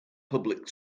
public